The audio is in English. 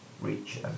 reach